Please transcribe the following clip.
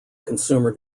consumer